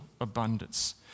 abundance